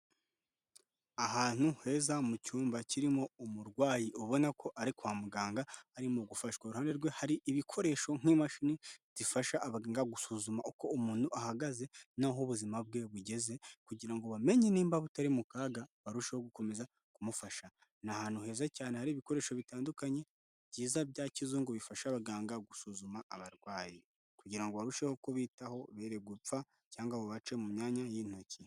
Ahantu heza mu cyumba kirimo umurwayi ubona ko ari kwa muganga ari mu gufashwa. Uruhande rwe hari ibikoresho nk'imashini zifasha abaganga gusuzuma uko umuntu ahagaze naho ubuzima bwe bugeze kugira ngo bamenye nimba butari mu kaga barusheho gukomeza kumufasha. Ni ahantu heza cyane hari ibikoresho bitandukanye byiza bya kizungu bifasha abaganga gusuzuma abarwayi, kugira ngo barusheho kubitaho beregupfa cyangwa ngo babace mu myanya y'intoki.